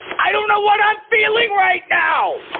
i don't know what i'm feeling right now!